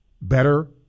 better